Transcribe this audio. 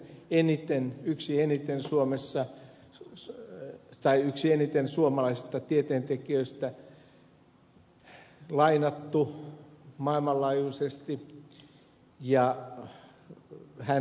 eniten yksi eniten suomessa suksella tai yksi eniten maailmanlaajuisesti lainatuista suomalaisista tieteentekijöistä ja hän toteaa